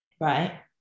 Right